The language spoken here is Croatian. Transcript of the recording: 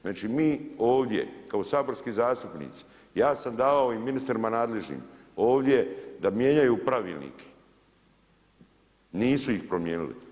Znači mi ovdje kao saborski zastupnici, ja sam dao i ministrima nadležnim ovdje da mijenjaju pravilnike, nisu ih promijenili.